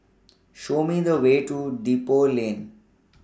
Show Me The Way to Depot Lane